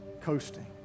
coasting